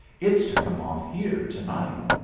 it's to come off here to-night.